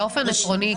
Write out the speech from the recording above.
באופן עקרוני,